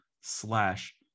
slash